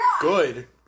Good